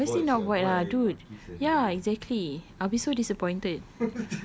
no lah obviously not void lah dude ya exactly I'll be so disappointed